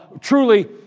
truly